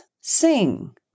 sing